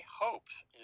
hopes